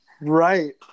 right